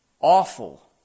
awful